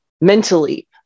mentally